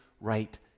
right